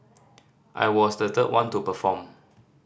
I was the third one to perform